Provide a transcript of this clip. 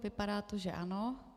Vypadá to, že ano.